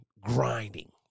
grinding